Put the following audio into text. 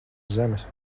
zemes